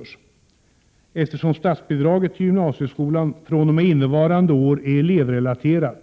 1987/88:123 Eftersom statsbidraget till gymnasieskolan från och med innevarande år är 19 maj 1988 elevrelaterat,